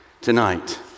tonight